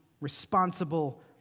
responsible